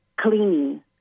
cleaning